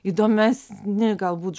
įdomesni gal būt